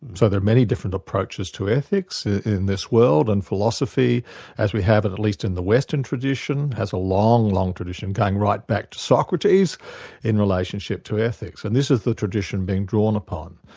so there are many different approaches to ethics in this world and philosophy as we have it at least in the western tradition, has a long, long tradition going right back to socrates in relationship to ethics. and this is the tradition being drawn upon.